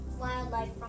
wildlife